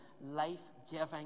life-giving